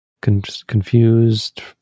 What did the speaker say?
confused